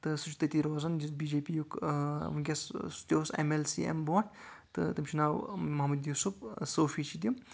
تہٕ سُہ چھُ تتی روزان بی جے پی یُک وُنٛۍکیٚس سُہ تہِ اوس ایم ایل سی اَمہِ برونٛٹھ تہٕ تٔمِس چھُ ناو محمد یوسف صوفی چھِ تِم